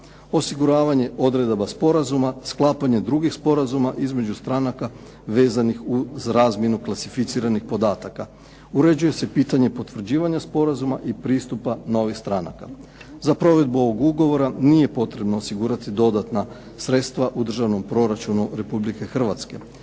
Osiguravanje odredaba sporazuma, sklapanje drugih sporazuma između stranaka vezanih za razmjenu klasificiranih podataka. Uređuje se pitanje potvrđivanja sporazuma i pristupa novih stranaka. Za provedbu ovog ugovora nije potrebno osigurati dodatna sredstva u državnom proračunu Republike Hrvatske.